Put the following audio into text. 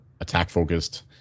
attack-focused